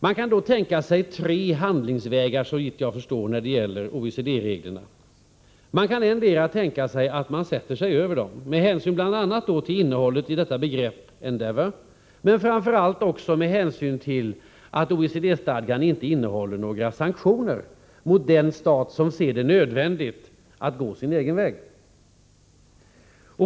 Man kan då tänka sig tre handlingsvägar, såvitt jag förstår, när det gäller OECD-reglerna. Man kan endera tänka sig att sätta sig över dem med hänsyn bl.a. till innehållet i begreppet endeavour, men framför allt med hänsyn till att OECD-stadgan inte innehåller några sanktioner mot den stat som anser det vara nödvändigt att gå sin egen väg.